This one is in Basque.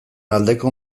aldeko